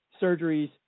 surgeries